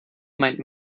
meint